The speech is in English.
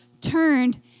turned